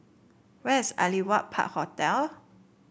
where is Aliwal Park Hotel